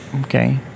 Okay